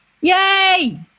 Yay